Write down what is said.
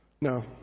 no